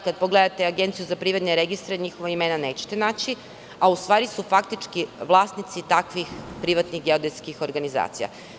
Kada pogledate Agenciju za privredne registre njihova imena nećete naći a u stvari su faktički vlasnici takvih privatnih geodetskih organizacija.